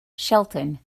shelton